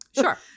Sure